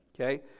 okay